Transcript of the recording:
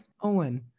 owen